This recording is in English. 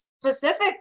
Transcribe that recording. specific